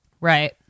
Right